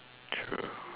true